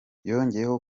yongeyeho